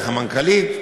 דרך המנכ"לית,